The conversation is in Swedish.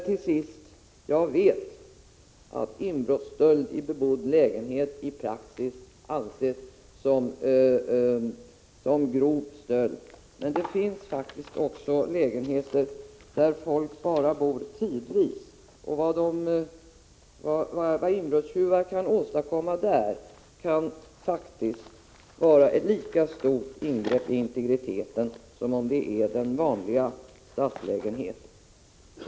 Till sist vet jag att inbrottsstöld i bebodd lägenhet enligt praxis anses som grov stöld. Men det finns också lägenheter där folk bara bor tidvis, och vad inbrottstjuvar åstadkommer där kan vara ett lika stort ingrepp i integriteten som det är i en vanlig stadslägenhet.